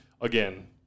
again